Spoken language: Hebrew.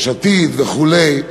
יש עתיד וכו'.